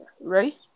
Ready